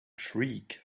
shriek